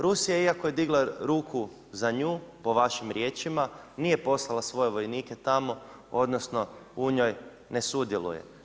Rusija iako je digla ruku za nju po vašim riječima nije poslala svoje vojnike tamo, odnosno u njoj ne sudjeluje.